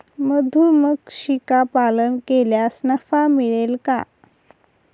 मधुमक्षिका पालन केल्यास नफा मिळेल का?